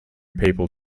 people